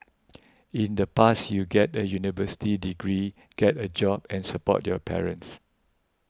in the past you get a university degree get a job and support your parents